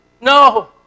No